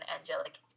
angelic